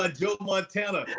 ah joe montana.